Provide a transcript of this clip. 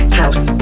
house